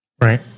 Right